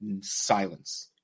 silence